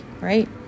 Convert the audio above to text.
right